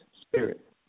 spirit